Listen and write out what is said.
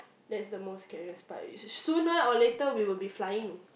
that's the most scariest part is sooner or later we will be flying